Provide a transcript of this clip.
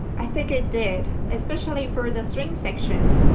i think it did, especially for the string section.